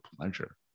pleasure